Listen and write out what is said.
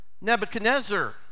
Nebuchadnezzar